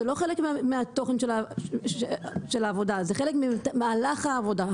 זה לא חלק מהתוכן של העבודה, זה חלק ממהלך העבודה.